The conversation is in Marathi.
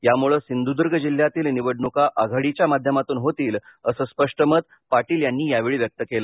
यामुळे सिंधुदर्ग जिल्हातील निवडणूका आघाडीच्या माध्यमातून होतील अस स्पष्ट मत पाटील यांनी यावेळी व्यक्त केलं